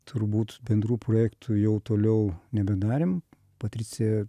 turbūt bendrų projektų jau toliau nebedarėm patricija